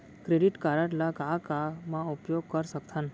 Credit card ला का का मा उपयोग कर सकथन?